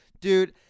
Dude